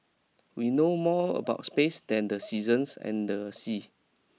we know more about space than the seasons and the sea